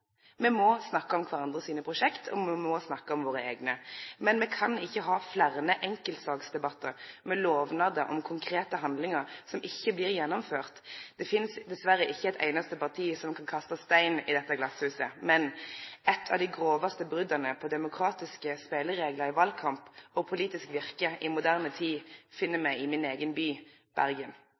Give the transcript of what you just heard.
Me må snakke om kvarandres prosjekt, og me må snakke om våre eigne. Men me kan ikkje ha fleire enkeltsaksdebattar med lovnader om konkrete handlingar som ikkje blir gjennomførde. Det finst dessverre ikkje eit einaste parti som kan kaste stein i dette glashuset. Eit av dei grovaste brota på demokratiske spelereglar i valkamp og politisk virke i moderne tid finn me i min eigen by, Bergen.